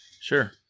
Sure